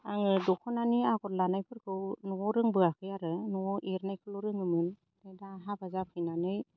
आङो दख'नानि आगर लानायफोरखौ न'आव रोंबोआखै आरो न'आव एरनायखौल' रोङोमोन ओमफ्राय दा हाबा जाफैनानै